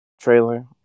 trailer